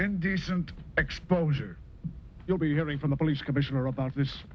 indecent exposure you'll be hearing from the police commissioner about this